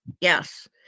Yes